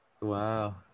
Wow